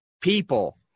people